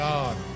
God